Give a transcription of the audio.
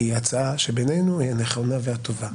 כי היא הצעה שבעינינו היא נכונה והטובה.